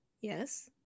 Yes